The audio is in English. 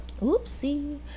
oopsie